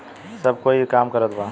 सब कोई ई काम करत बा